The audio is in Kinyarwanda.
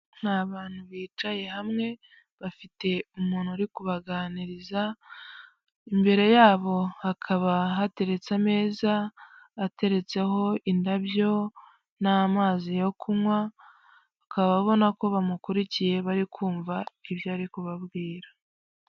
Abantu bicaye hamwe bafite umuntu uri kubaganiriza, imbere yabo hakaba hateretse ameza ateretseho indabyo n'amazi yo kunywa akaba abona ko bamukurikiye barikumva ibyo ari kubabwira.